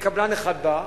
קבלן אחד בא,